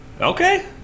Okay